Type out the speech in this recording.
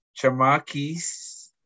Chamakis